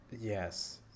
Yes